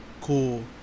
cool